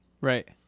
Right